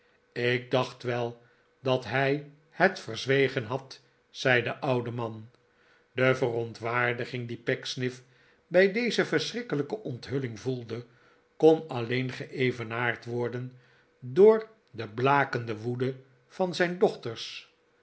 ik dacht wel dat hij het verzwegen had zei de oude man de verontwaardiging die pecksniff bij deze verschrikkelijke onthulling voelde kon alleen geevenaard worden door de blakende woede van zijn dochters